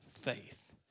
faith